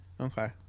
Okay